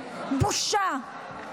בושה.